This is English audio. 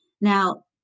Now